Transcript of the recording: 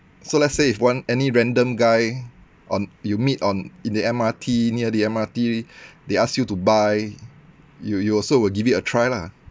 so let's say if one any random guy on you meet on in the M_R_T near the M_R_T they ask you to buy you you also will give it a try lah